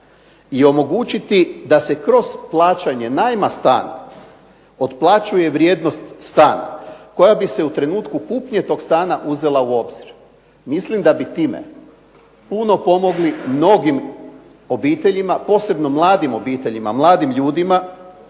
i omogućiti da se kroz plaćanje najma stana, otplaćuje vrijednost stana koja bi se u trenutku kupnje toga stana uzela u obzir. Mislim da bi time puno pomogli mnogim obiteljima, posebno mladim obiteljima, mladim ljudima